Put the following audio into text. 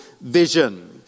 vision